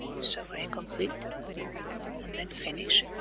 so i complete and then finish